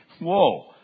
Whoa